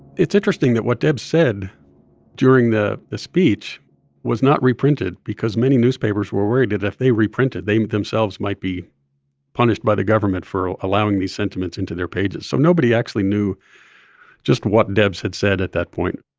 it's interesting that what debs said during the the speech was not reprinted because many newspapers were worried that if they reprinted, they themselves might be punished by the government for allowing these sentiments into their pages. so nobody actually knew just what debs had said at that point